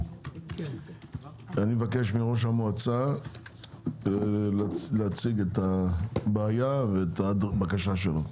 אני מבקש מראש המועצה להציג את הבעיה ואת הבקשה שלו.